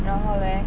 然后 leh